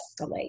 escalate